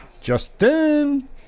Justin